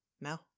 no